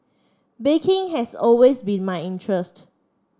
baking has always been my interest